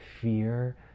fear